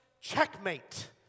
checkmate